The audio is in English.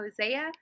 Hosea